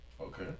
Okay